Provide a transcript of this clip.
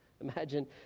Imagine